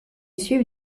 suivre